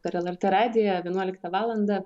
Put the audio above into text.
per lrt radiją vienuoliktą valandą